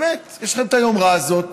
באמת, יש לכם את היומרה הזאת.